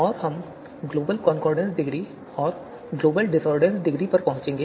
और हम global concordance degree और ग्लोबल डिसॉर्डेंस डिग्री पर पहुंचेंगे